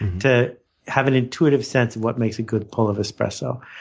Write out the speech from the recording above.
to have an intuitive sense of what makes a good pull of espresso.